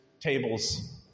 tables